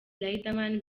riderman